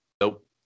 Nope